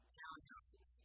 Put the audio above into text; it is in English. townhouses